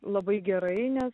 labai gerai nes